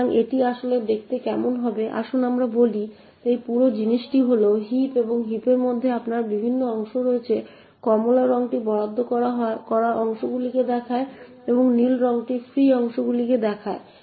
সুতরাং এটি আসলে দেখতে কেমন হবে আসুন আমরা বলি এই পুরো জিনিসটি হল হিপ এবং হিপের মধ্যে আপনার বিভিন্ন অংশ রয়েছে কমলা রঙটি বরাদ্দ করা অংশগুলিকে দেখায় এবং নীল রঙটি ফ্রি অংশগুলিকে দেখায়